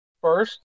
first